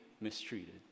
mistreated